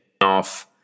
off